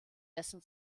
dessen